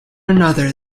another